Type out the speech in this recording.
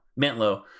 Mantlo